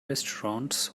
restaurants